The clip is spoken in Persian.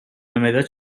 مداد